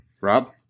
Rob